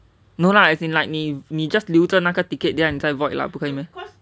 no lah as in like 你你 just 留着那个:liu zheo na ge ticket 等一下你再 void lah 不可以 meh